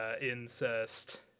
incest